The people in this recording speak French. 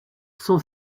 son